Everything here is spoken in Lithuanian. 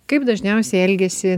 kaip dažniausiai elgiasi